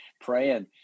praying